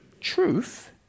truth